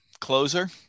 Closer